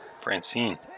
Francine